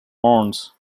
horns